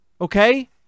okay